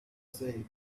said